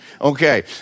Okay